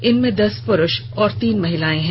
इनमें दस पुरूष और तीन महिलायें हैं